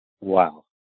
wow